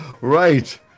Right